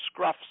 scruffs